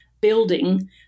building